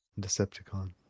Decepticon